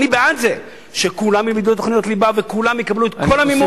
אני בעד שכולם ילמדו את תוכניות הליבה וכולם יקבלו את כל המימון,